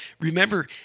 remember